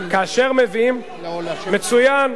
כאשר מביאים, מצוין.